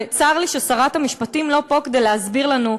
וצר לי ששרת המשפטים אינה פה כדי להסביר לנו,